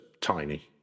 tiny